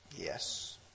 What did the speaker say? Yes